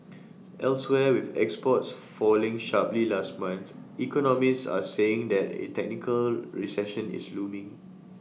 elsewhere with exports falling sharply last month economists are saying that A technical recession is looming